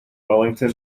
wellington